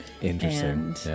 Interesting